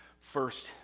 First